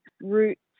roots